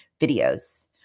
videos